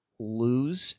Lose